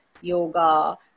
yoga